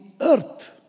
earth